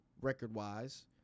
record-wise